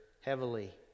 heavily